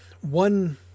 One